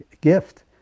gift